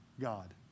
God